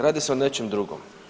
Radi se o nečem drugom.